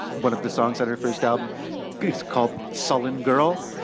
one of the songs that her first album is called sulan girl.